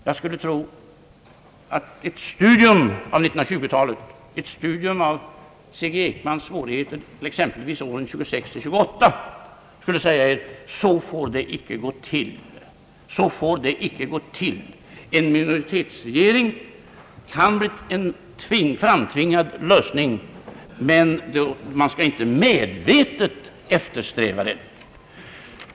Jag skulle tro att ett studium av 1920-talet, av C. G. Ekmans svårigheter exempelvis åren 1926—1928, skulle säga er: Så får det inte gå till! En minoritetsregering kan väl bli en framtvingad lösning, men man skall inte medvetet eftersträva en sådan.